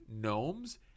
gnomes